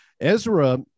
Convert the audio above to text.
Ezra